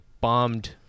bombed